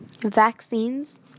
vaccines